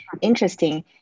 interesting